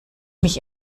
mich